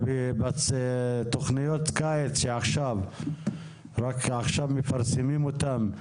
בתוכניות קיץ שרק עכשיו מפרסמים אותן,